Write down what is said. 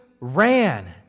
ran